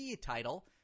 title